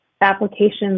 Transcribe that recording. applications